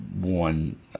one